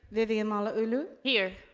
vivian malauulu. here.